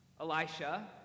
Elisha